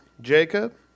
Jacob